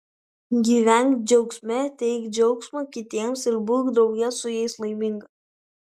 gyvenk džiaugsme teik džiaugsmą kitiems ir būk drauge su jais laiminga